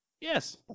Yes